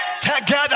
together